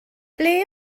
ble